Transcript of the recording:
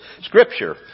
scripture